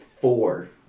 Four